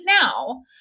now